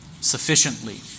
sufficiently